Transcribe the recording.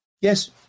Yes